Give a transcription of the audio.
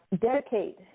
dedicate